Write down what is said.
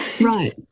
Right